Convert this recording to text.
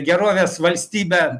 gerovės valstybę